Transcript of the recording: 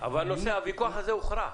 הוויכוח הזה הוכרע.